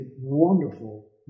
wonderful